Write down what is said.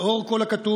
לאור כל הכתוב,